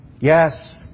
Yes